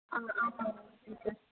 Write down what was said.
ஆ ஆமாம்ங்க வீட்டில்